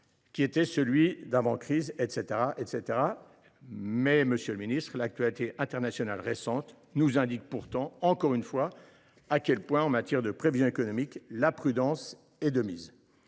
son niveau d’avant crise, etc. Toutefois, monsieur le ministre, l’actualité internationale récente nous indique, encore une fois, à quel point, en matière de prévisions économiques, la prudence est de mise.